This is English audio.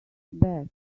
back